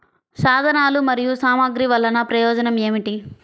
సాధనాలు మరియు సామగ్రి వల్లన ప్రయోజనం ఏమిటీ?